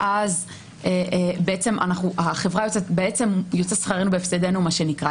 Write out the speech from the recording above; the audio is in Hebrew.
ואז בעצם יוצא שכרנו בהפסדנו מה שנקרא.